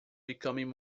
becoming